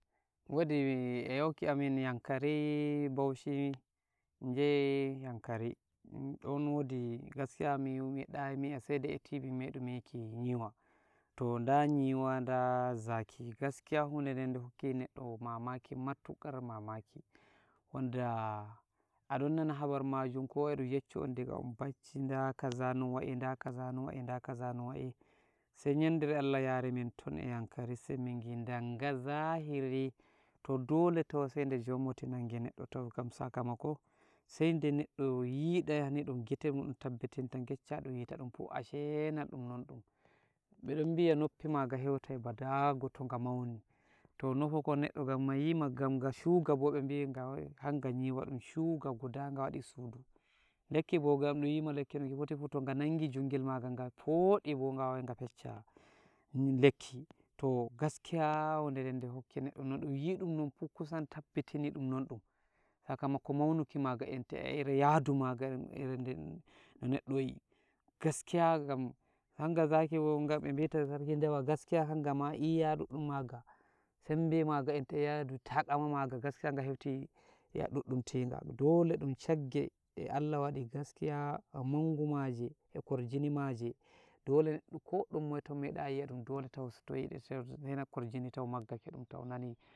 wodi e yahu amin yankari, Baushi nje yankari, don woɗi, gaskiya mi meɗayi mi yi'a sai dai e tibi meɗumi yiki nyiwa, toh da nyiwa, da zaki, gaskiya hude ɗen de hokki neɗɗo mamaki matukar mamaki, wanda adon nana habar majum ko eɗum yecco'on diga on bacci, da kaza no wa'i, da kaza no wa'i, da kaza no wa'i, sai nyandere Allah yarimin ton yankari, sai mingi danga zahiri, toh dole to sai de jomoti nangi neɗɗo, tau, gam sakamako sai de neɗɗo yi'ani ɗum gite muɗum, tabbitinta ngecca ɗun wita ɗunfuh ashe na, ɗun nonɗum, beɗon bi'a noppi maga heutai ba dago tonga mauni, toh nofokon neɗɗo gamma wima, gam nga shuga, bo be biy hanga nyiwa ɗum shuga guda, nga waɗi sudu, lekki bo gan ɗum wima lekkifotifuh to nga nangi jungel maga nga foɗi bo, nga wawai nga fecca lekki, toh gaskiya hude den de hokki neɗɗo, noɗun yi'i ɗun fuh, kusan tabbitini ɗun nonɗum, sakamako maunuki maga, enta ere yadu maga, ede no neɗɗo yi'i, gaskiya gam hanga zaki bonga be bita sarkin dawa, gaskiya hanga ma iya duɗɗum maga, sembe maga, enta e yadu taqama maga, gaskiya nga heuti ɗuɗɗun tiga, dole ɗon shagge de Allah wadi gaskiya, mangu maje korjini maje, dole neɗɗo ko ɗum moye to meɗayi yi'a ɗum, dole tau to yide sai nana tau korjini tau maga keɗum tau nani.